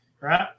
Right